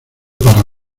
para